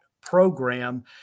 program